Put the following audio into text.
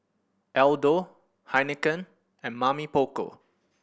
Aldo Heinekein and Mamy Poko